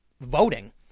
voting